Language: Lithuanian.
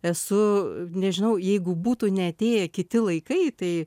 esu nežinau jeigu būtų neatėję kiti laikai tai